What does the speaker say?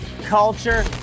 culture